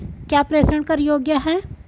क्या प्रेषण कर योग्य हैं?